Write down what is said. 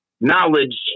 knowledge